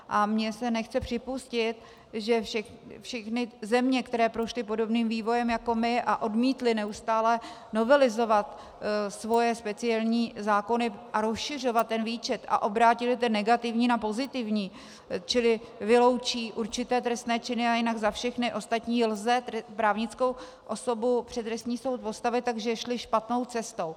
A mně se nechce připustit, že všechny země, které prošly podobným vývojem jako my a odmítly neustále novelizovat svoje speciální zákony a rozšiřovat ten výčet a obrátily ten negativní na pozitivní, čili vyloučí určité trestné činy a jinak za všechny ostatní lze tedy právnickou osobu před trestní soud postavit, že šly špatnou cestou.